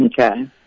Okay